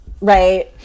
Right